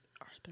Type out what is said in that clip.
Arthur